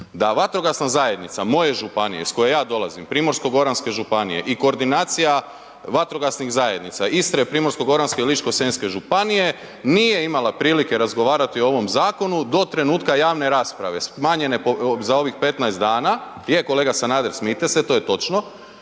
da vatrogasna zajednica moje županije iz koje ja dolazim Primorsko-goranske županije i koordinacija vatrogasnih zajednica, Istre, Primorsko-goranske i Ličko-senjske županije nije imala prilike razgovarati o ovom zakonu do trenutka javne rasprave, smanjenje za ovih 15 dana. Je kolega Sanader, smijte se, to je točno.